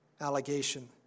allegation